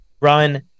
run